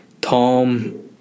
Tom